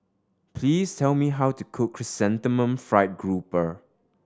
please tell me how to cook Chrysanthemum Fried Grouper